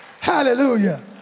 Hallelujah